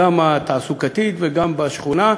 גם התעסוקתית וגם בשכונה.